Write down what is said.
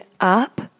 up